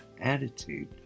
attitude